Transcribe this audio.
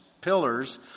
pillars